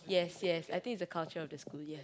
yes yes I think it's the culture of the school yes